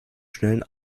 schnellen